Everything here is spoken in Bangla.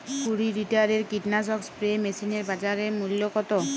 কুরি লিটারের কীটনাশক স্প্রে মেশিনের বাজার মূল্য কতো?